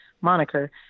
moniker